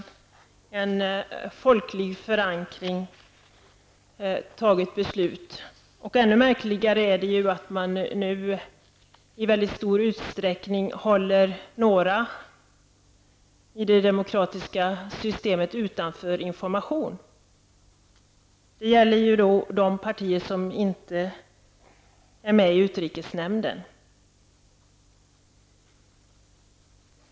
Men ännu märkligare är det att man, trots att vi har ett demokratiskt system, i mycket stor utsträckning håller några utanför, så att information ej når fram. Det gäller de partier som inte är representerade i utrikesnämnden.